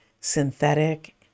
synthetic